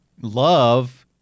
love—